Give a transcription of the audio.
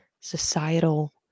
societal